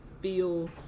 feel